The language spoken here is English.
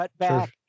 Cutback